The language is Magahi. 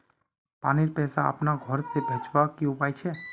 पानीर पैसा अपना घोर से भेजवार की उपाय छे?